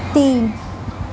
تین